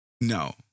No